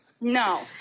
No